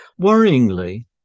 Worryingly